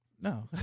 no